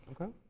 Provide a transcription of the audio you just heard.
Okay